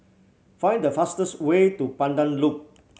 find the fastest way to Pandan Loop